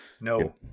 no